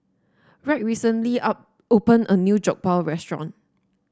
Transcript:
Wright recently up opened a new Jokbal restaurant